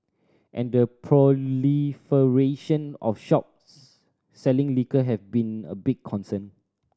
and the proliferation of shops selling liquor have been a big concern